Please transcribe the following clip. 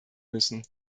müssen